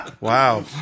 Wow